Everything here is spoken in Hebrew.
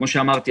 כמו שאמרתי,